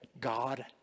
God